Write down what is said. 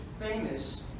famous